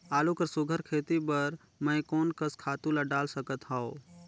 आलू कर सुघ्घर खेती बर मैं कोन कस खातु ला डाल सकत हाव?